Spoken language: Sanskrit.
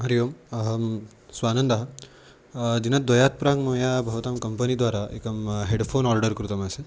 हरिः ओम् अहं स्वानन्दः दिनद्वयात् प्राङ् मया भवतां कम्पनीद्वारा एकं हेड् फ़ोन् आर्डर् कृतमासीत्